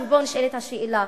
ופה נשאלת השאלה